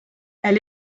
elle